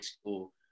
school